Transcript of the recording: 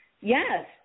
yes